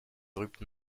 drupes